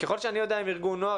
ככל שאני יודע הם ארגון נוער,